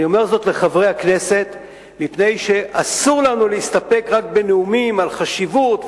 אני אומר זאת לחברי הכנסת מפני שאסור לנו להסתפק בנאומים על חשיבות,